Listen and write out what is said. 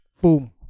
Boom